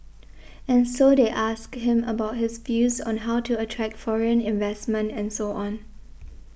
and so they asked him about his views on how to attract foreign investment and so on